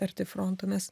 arti fronto mes